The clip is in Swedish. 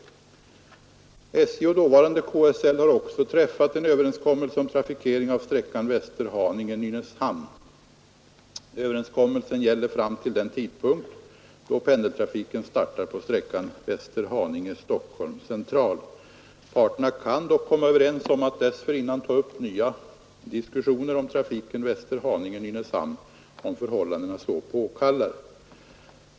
SJ och dåvarande KSL har också träffat en överenskommelse om trafikering av sträckan Västerhaninge—-Nynäshamn. Överenskommelsen gäller fram till den tidpunkt då pendeltrafiken startar på sträckan Västerhaninge —Stockholm C. Parterna kan dock komma överens om att dessförinnan ta upp nya diskussioner om trafiken Västerhaninge—Nynäshamn, om förhållandena så påkallar.